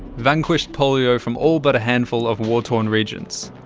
vanquished polio from all but a handful of war-torn regions.